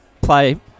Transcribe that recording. Play